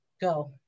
Go